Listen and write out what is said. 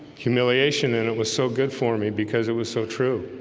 humiliation and it was so good for me because it was so true.